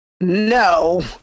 No